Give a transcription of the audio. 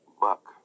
Buck